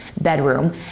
bedroom